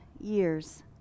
years